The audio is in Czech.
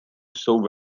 jsou